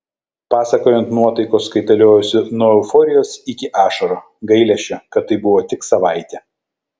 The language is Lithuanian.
pasakojant nuotaikos kaitaliojosi nuo euforijos iki ašarų gailesčio kad tai buvo tik savaitė